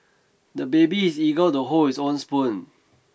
the baby is eager to hold his own spoon